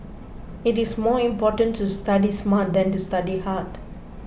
it is more important to study smart than to study hard